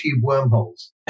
wormholes